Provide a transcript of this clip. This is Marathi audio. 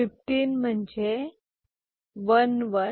15 म्हणजे 1111